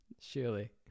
Surely